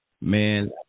man